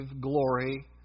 glory